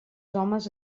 homes